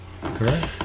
Correct